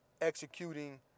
executing